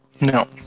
no